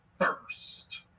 first